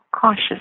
cautious